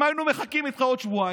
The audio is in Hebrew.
אם היינו מחכים איתך עוד שבועיים,